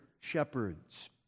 shepherds